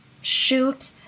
shoot